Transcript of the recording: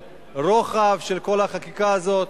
ולרוחב של כל החקיקה הזאת,